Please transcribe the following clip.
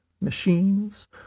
machines